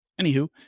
anywho